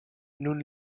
nun